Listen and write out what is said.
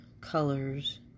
colors